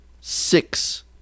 Six